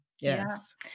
Yes